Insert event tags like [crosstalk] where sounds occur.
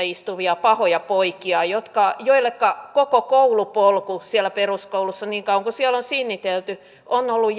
[unintelligible] istuvia pahoja poikia joilleka koko koulupolku siellä peruskoulussa niin kauan kuin siellä on sinnitelty on ollut [unintelligible]